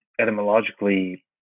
etymologically